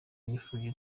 yifuriza